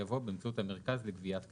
יבוא 'באמצעות המרכז לגביית קנסות'.